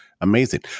Amazing